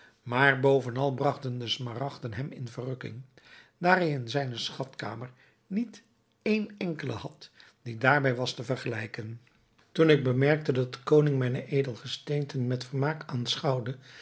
maar bovenal bragten de smaragden hem in verrukking daar hij in zijne schatkamer niet een enkelen had die daarbij was te vergelijken toen ik bemerkte dat de koning mijne edelgesteenten met vermaak